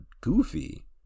Goofy